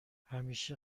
همیشه